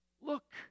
Look